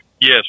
yes